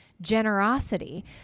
generosity